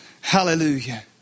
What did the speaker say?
Hallelujah